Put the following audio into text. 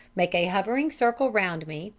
make a hovering circle round me,